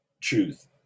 truth